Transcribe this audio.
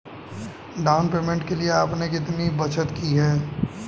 Down payment के लिए आपने कितनी बचत की है?